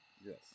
yes